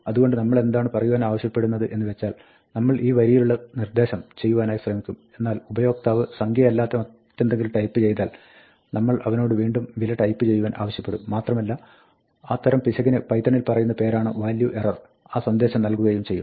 അതുകൊണ്ട് നമ്മളെന്താണ് പറയുവാൻ ആവശ്യപ്പെടുന്നത് എന്ന് വെച്ചാൽ നമ്മൾ ഈ വരിയിലുള്ള നിർദ്ദശം ചെയ്യുവാനായി ശ്രമിക്കും എന്നാൽ ഉപയോക്താവ് സംഖ്യയല്ലാത്ത മറ്റെന്തെങ്കിലും ടൈപ്പ് ചെയ്താൽ നമ്മൾ അവനോട് വീണ്ടും വില ടൈപ്പ് ചെയ്യുവാൻ ആവശ്യപ്പെടും മാത്രമല്ല ആ തരം പിശകിന് പൈത്തണിൽ പറയുന്ന പേരാണ് വാല്യു എറർ ആ സന്ദേശം നൽകുകയും ചെയ്യും